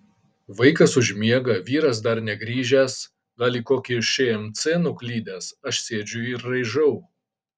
vaikas užmiega vyras dar negrįžęs gal į kokį šmc nuklydęs aš sėdžiu ir raižau